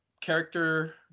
character